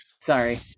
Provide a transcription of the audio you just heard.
sorry